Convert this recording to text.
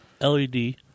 LED